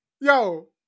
Yo